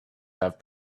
have